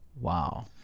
Wow